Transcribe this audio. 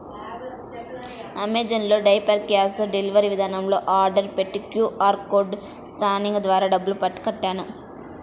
Amazon లో diapers cash delivery విధానంలో order పెట్టి క్యూ.ఆర్ కోడ్ స్కానింగ్ ద్వారా డబ్బులు కట్టాను